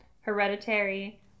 Hereditary